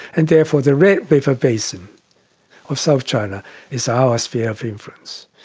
and therefore the red river basin of south china is our sphere of influence.